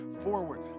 forward